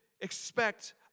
expect